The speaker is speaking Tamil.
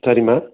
சரிம்மா